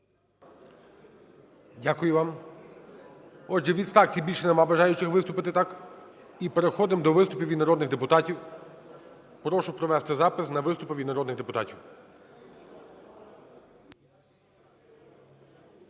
Дякую вам. Отже, від фракцій більше немає бажаючих виступити, так? І переходимо до виступів від народних депутатів. Прошу провести запис на виступ від народних депутатів.